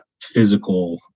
physical